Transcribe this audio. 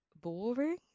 boring